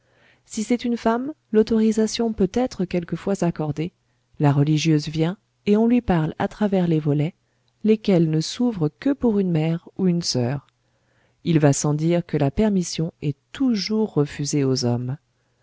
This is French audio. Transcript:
si c'est une femme l'autorisation peut être quelquefois accordée la religieuse vient et on lui parle à travers les volets lesquels ne s'ouvrent que pour une mère ou une soeur il va sans dire que la permission est toujours refusée aux hommes